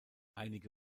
einige